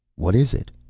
what is it?